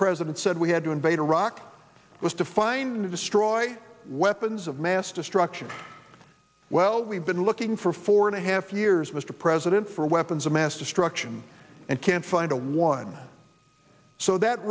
president said we had to invade iraq was to find and destroy weapons of mass destruction well we've been looking for four and a half years mr president for weapons of mass destruction and can't find a one so that